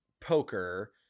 poker